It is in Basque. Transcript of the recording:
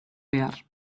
behar